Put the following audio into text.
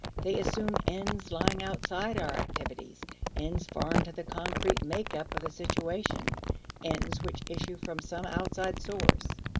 they assume ends lying outside our activities ends foreign to the concrete makeup of the situation ends which issue from some outside source.